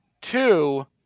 Two